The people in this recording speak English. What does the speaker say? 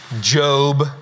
Job